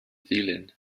ddulyn